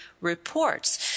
Reports